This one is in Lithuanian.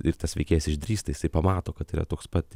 ir tas veikėjas išdrįsta jisai pamato kad tai yra toks pat